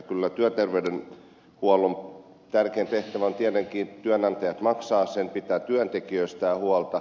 kyllä työterveyshuollon tärkein tehtävä on tietenkin työnantajat maksavat sen pitää työntekijöistä huolta